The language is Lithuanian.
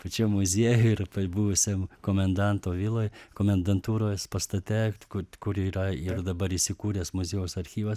pačiam muziejuj ir pa buvusiam komendanto viloj komendantūros pastate kur kur yra ir dabar įsikūręs muziejaus archyvas